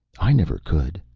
i never could,